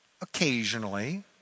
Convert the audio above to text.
occasionally